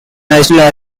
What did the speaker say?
national